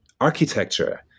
architecture